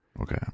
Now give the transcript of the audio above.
Okay